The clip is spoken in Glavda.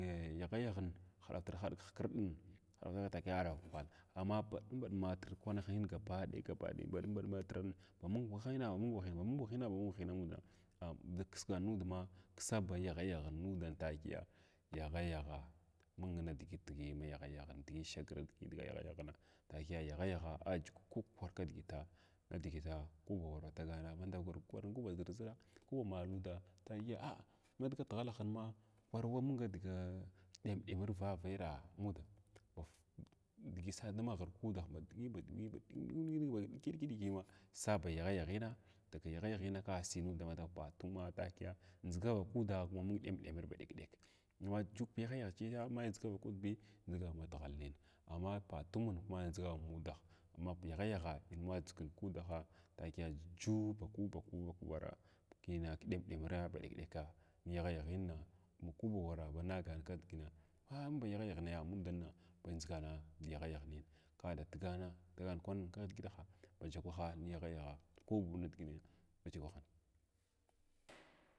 Yagha yaghin haɗatr haɗg ɦkrɗin agha takiya ghwaɗ amma baɗum baɗummativ kwananhin gaɓaɗaya gabaɗay baɗum ba ɗumatir ma mung wahina mung wahin mamung wahin mung wahin amuda ngal da kisgan kuuda da kisgan nudma da kisa ba yaghyaghnuda takiya yaghayagh mung nidigi digit na yaghayagha diʒi sagr na yagha faghanna takiya yaghayagha ayugu kuba kwar kidigita digita ba digita ku ba war wa tagana ma ba ndavavan ndavg ko ba zirʒira, ku ba maluuda takiya ah a ma dig fighalahinma kwar wa mung nidiga in kwa mung nidida ɗemɗemir vavy ɗa amuda digi sa da ma ghir kuuda diga baɗum baɗum ba ɗiki be ɗika sa ba yagharaghna yaghayaghina ngal si nuud dama patuma takiya ndʒiga vakuda mung ɗemɗemira ba ɗek ɗek in wa jugu yagha yagh chya mai ndʒiga vakudbiya ndziga ba matighal nin amma patum kuma indʒiga ma vakudah amma yagha yagha mai ndʒiga vakuda hi takiya jun ba vakuwar a kai kɗemɗemin ba ɗek- ɗeka yaghayaghina ba kubawava ba nagana kidigina ahibba yaghayagha naya amudana ba ndʒiganan yaghayaghi ka da tugana tagana kwan kidigitah bajakwah ka yaghayagha ku ba kwan nidigin bajakwah.